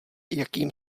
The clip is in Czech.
jakým